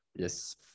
Yes